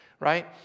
right